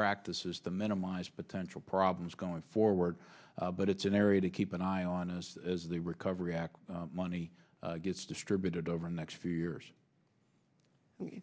practices to minimize potential problems going forward but it's an area to keep an eye on as the recovery act money gets distributed over the next few years